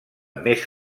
més